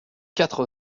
quatre